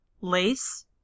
Lace